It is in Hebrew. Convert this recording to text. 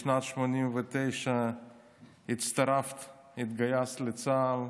בשנת 1989 התגייסת לצה"ל,